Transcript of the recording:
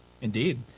Indeed